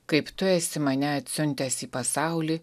kaip tu esi mane atsiuntęs į pasaulį